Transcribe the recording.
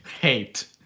hate